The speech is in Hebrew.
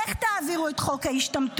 איך תעבירו את חוק ההשתמטות?